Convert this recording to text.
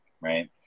right